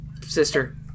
sister